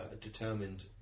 determined